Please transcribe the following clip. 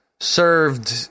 served